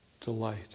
delight